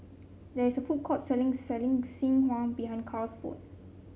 there is a food court selling selling behind Cal's home